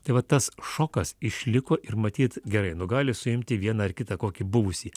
tai va tas šokas išliko ir matyt gerai nu gali suimti vieną ar kitą kokį buvusį